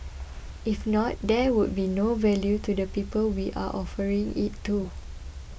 if not there would be no value to the people we are offering it to